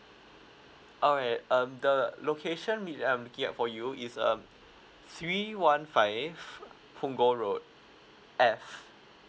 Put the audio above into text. alright um the location really I'm looking up for you is um three one five punggol road F